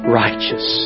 righteous